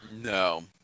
No